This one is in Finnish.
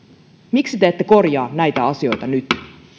miksi te ette korjaa näitä asioita nyt